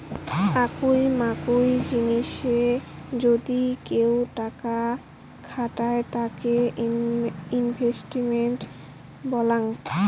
আকুই মাকুই জিনিসে যদি কেউ টাকা খাটায় তাকে ইনভেস্টমেন্ট বলাঙ্গ